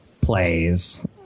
plays